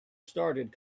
started